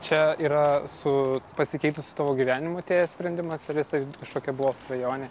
čia yra su pasikeitusiu tavo gyvenimu atėjęs sprendimas ar jisai kažkokia buvo svajonė